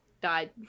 died